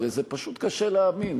הרי זה פשוט קשה להאמין.